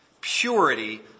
purity